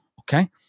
Okay